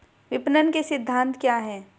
विपणन के सिद्धांत क्या हैं?